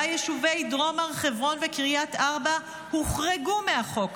יישובי דרום הר חברון וקריית ארבע הוחרגו מהחוק.